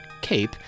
cape